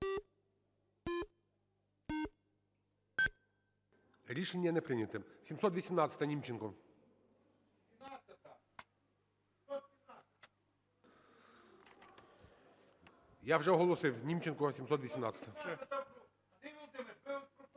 Рішення не прийнято. 718-а. Німченко. Я вже оголосив: Німченко, 718-а.